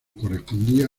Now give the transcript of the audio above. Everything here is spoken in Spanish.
correspondía